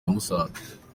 musanze